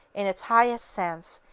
in its highest sense,